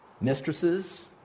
mistresses